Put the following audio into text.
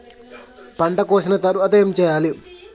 పంట కోసిన తర్వాత ఏం చెయ్యాలి?